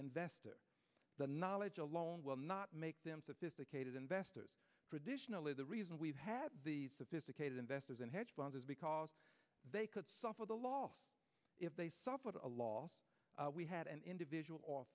investor the knowledge alone will not make them sophisticated investors traditionally the reason we've had these sophisticated investors and hedge funds is because they could suffer the loss if they suffered a loss we had an individual o